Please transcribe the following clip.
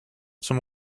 zum